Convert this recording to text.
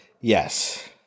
Yes